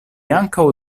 ankaŭ